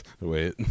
Wait